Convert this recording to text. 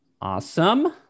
Awesome